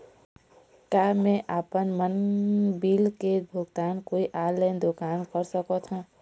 का मैं आपमन बिल के भुगतान कोई ऑनलाइन दुकान कर सकथों?